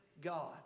God